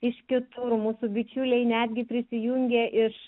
iš kitur mūsų bičiuliai netgi prisijungė iš